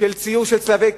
של ציור צלבי קרס,